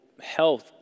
health